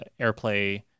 Airplay